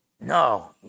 No